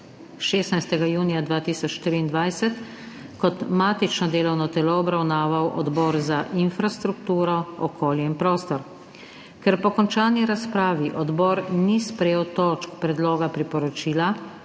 dva tisoč 2023, kot matično delovno telo obravnaval Odbor za infrastrukturo, okolje in prostor. Ker po končani razpravi odbor ni sprejel točk predloga priporočila,